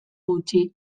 gutxi